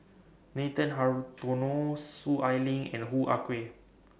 Nathan Hartono Soon Ai Ling and Hoo Ah Kay